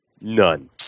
None